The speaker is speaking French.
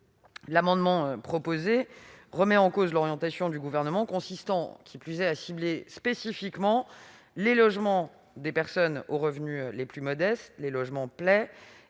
L'amendement proposé remet en cause l'orientation du Gouvernement consistant à cibler spécifiquement les logements des personnes aux revenus les plus modestes, les logements PLAI,